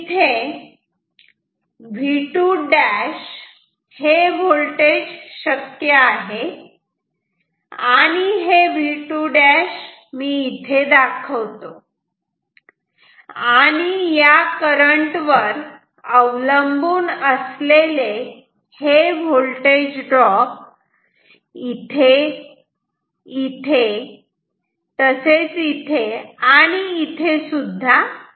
म्हणून इथे V2' हे होल्टेज शक्य आहे आणि हे V2' मी इथे दाखवतो आणि या करंट वर अवलंबून असलेले हे होल्टेज ड्रॉप इथे इथे इथे आणि इथे सुद्धा आहे